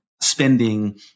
spending